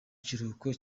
kiruhuko